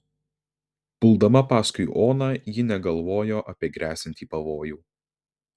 puldama paskui oną ji negalvojo apie gresiantį pavojų